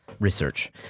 research